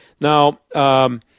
Now –